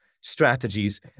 strategies